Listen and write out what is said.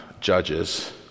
Judges